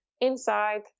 inside